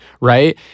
right